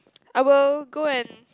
I will go and